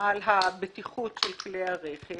על הבטיחות של כלי הרכב,